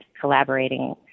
collaborating